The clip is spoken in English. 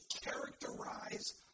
characterize